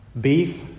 beef